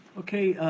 okay,